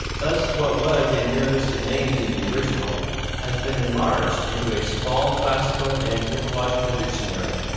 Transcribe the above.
thus what was a mere list of names in the original has been enlarged into a small classical and mythological dictionary,